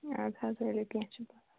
اَدٕ حظ ؤلِو کیٚنٛہہ چھُنہٕ پَرٕواے